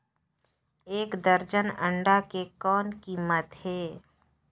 एक दर्जन अंडा के कौन कीमत हे?